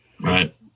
Right